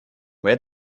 where